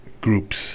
groups